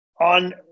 on